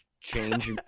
change